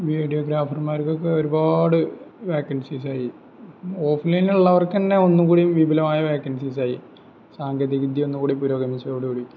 video ഗ്രാഫർമാർകൊക്കെ ഒരുപാട് vacancies ആയി ഓഫ്ലൈനിൽ ഉള്ളവർക്ക് തന്നെ ഒന്നുകൂടി വിപുലമായ വേക്കൻസീസ് ആയി സാങ്കേതിക വിദ്യ ഒന്നുകൂടി പുരോഗമിച്ചതോടു കൂടി